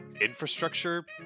infrastructure